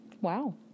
Wow